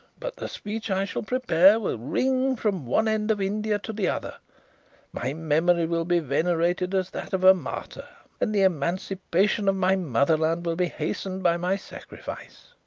but the speech i shall prepare will ring from one end of india to the other my memory will be venerated as that of a martyr and the emancipation of my motherland will be hastened by my sacrifice.